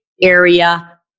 area